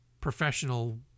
professional